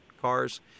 cars